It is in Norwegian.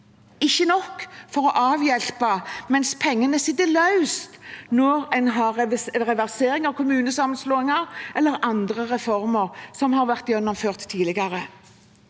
gjort nok for å avhjelpe, mens pengene sitter løst når det gjelder reversering av kommunesammenslåinger eller av andre reformer som har vært gjennomført tidligere.